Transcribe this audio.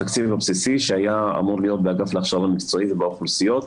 התקציב הבסיסי שהיה אמור להיות באגף להכשרה מקצועית ובאוכלוסיות,